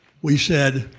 we said,